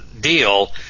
deal